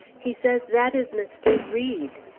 he says that is mr. read!